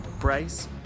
Bryce